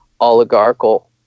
oligarchical